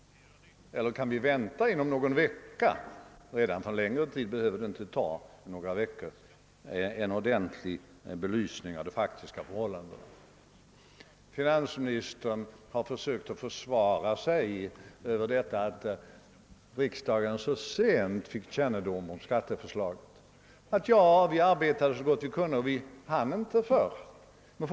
Eller kan vi redan inom några veckor — längre tid behöver det inte ta vänta en ordentlig belysning av de faktiska förhållandena? Finansministern har försökt försvara sig för att riksdagen så sent fick kännedom om skatteförslaget genom att säga att man arbetade så snabbt man kunde och att man inte hann framlägga förslaget tidigare.